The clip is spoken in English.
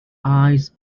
eyes